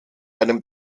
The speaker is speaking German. einem